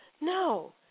No